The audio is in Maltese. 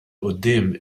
quddiem